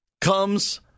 comes